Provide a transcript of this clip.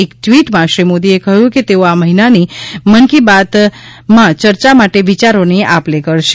એક ટ્વિટમાં શ્રી મોદીએ કહ્યું કે તેઓ આ મહિનાની મન કી બાતમાં ચર્ચા માટે વિચારોની આપલે કરશે